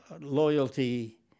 loyalty